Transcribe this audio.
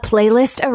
Playlist